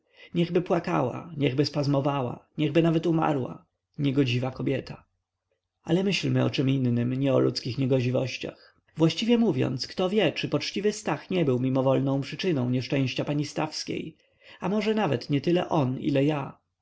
niechby płakała niechby spazmowała niechby nawet umarła niegodziwa kobieta ale myślmy o czem innem nie o ludzkich niegodziwościach właściwie mówiąc kto wie czy poczciwy stach nie był mimowolną przyczyną nieszczęścia pani stawskiej a nawet może nietyle on ile ja